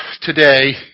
today